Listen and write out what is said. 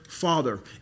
Father